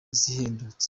zihendutse